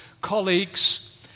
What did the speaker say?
colleagues